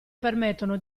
permettono